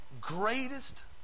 greatest